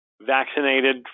vaccinated